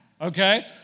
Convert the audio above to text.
okay